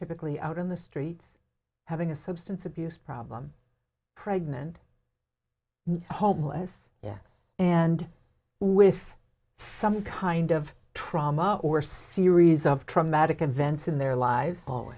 typically out on the street having a substance abuse problem pregnant homeless yeah and with some kind of trauma or series of traumatic events in their lives all